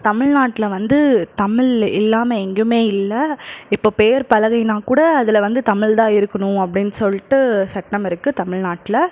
தமிழ்நாட்டில் வந்து தமிழில் இல்லாமல் எங்கேயுமே இல்லை இப்போ பேயர் பலகையினா கூட அதில் வந்து தமிழ் தான் இருக்கணும் அப்படின் சொல்லிட்டு சட்டமிருக்கு தமிழ்நாட்டில்